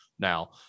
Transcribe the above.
now